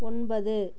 ஒன்பது